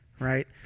Right